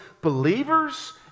believers